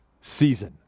season